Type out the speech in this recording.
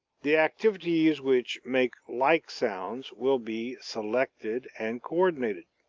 the activities which make like sounds will be selected and coordinated.